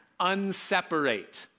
unseparate